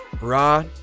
raw